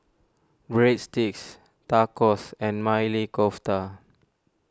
Breadsticks Tacos and Maili Kofta